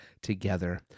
together